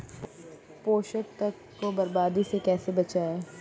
पोषक तत्वों को बर्बादी से कैसे बचाएं?